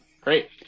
Great